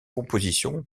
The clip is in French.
composition